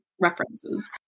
references